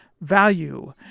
value